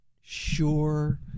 sure